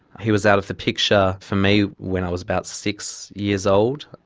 he was out of the picture for me when i was about six years old.